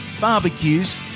barbecues